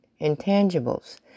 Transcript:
intangibles